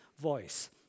voice